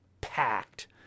packed